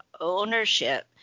ownership